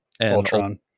Ultron